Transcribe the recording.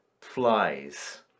flies